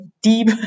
deep